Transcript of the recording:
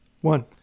one